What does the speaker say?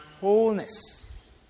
wholeness